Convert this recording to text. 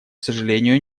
сожалению